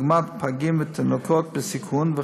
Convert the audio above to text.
דוגמת פגים ותינוקות בסיכון,